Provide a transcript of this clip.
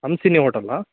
Hamsini ಓಟಲ್ಲಾ